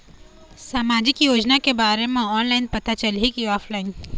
सामाजिक योजना के बारे मा ऑनलाइन पता चलही की ऑफलाइन?